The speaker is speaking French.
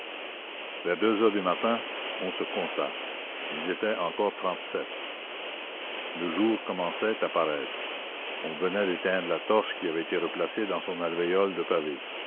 vers deux heures du matin on se compta ils étaient encore trente-sept le jour commençait à paraître on venait d'éteindre la torche qui avait été replacée dans son alvéole de pavés